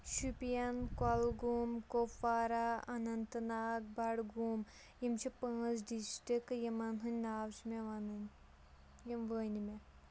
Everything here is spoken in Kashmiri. شُپین کۄلگوم کۄپوارہ اننت ناگ بڈگوم یِم چھِ پانٛژھ ڈسٹرک یِمن ہٕنٛدۍ ناو چھِ مےٚ وَنٕنۍ یِم ؤنۍ مےٚ